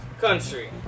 country